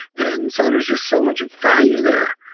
and so there's just so much value there.